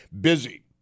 busy